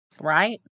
Right